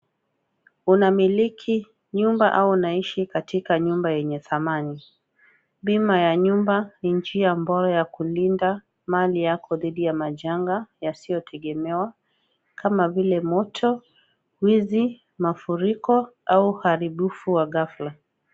Unamiliki nyumba au unaishi katika nyumba yenye thamani? Bima ya nyumba ni njia bora ya kulinda mali yako dhidi ya majanga yasiyotegemewa kama vile moto, wizi, mafuriko au uharibifu wa ghafla.